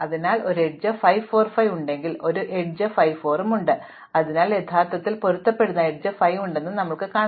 അതിനാൽ ഒരു എഡ്ജ് 5 4 5 ഉണ്ടെങ്കിൽ ഒരു എഡ്ജ് 5 4 ഉം ഉണ്ട് അതിനാൽ യഥാർത്ഥത്തിൽ പൊരുത്തപ്പെടുന്ന എഡ്ജ് 5 ഉണ്ടെന്ന് ഞങ്ങൾ കാണും